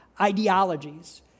ideologies